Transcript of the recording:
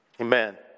Amen